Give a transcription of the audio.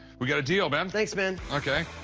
we got a deal, man. thanks, man. ok.